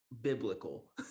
biblical